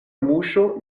muŝo